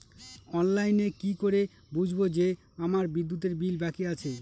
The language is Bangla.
অনলাইনে কি করে বুঝবো যে আমার বিদ্যুতের বিল বাকি আছে?